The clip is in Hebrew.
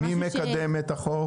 מי מקדם את החוק?